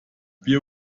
wir